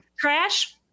crash